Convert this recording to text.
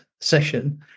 session